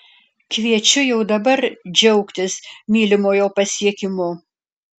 kviečiu jau dabar džiaugtis mylimojo pasiekimu